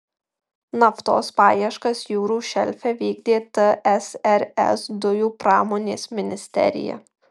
naftos paieškas jūrų šelfe vykdė tsrs dujų pramonės ministerija